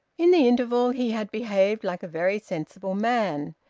in the interval he had behaved like a very sensible man.